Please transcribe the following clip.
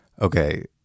okay